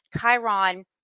Chiron